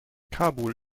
kabul